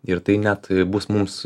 ir tai net bus mums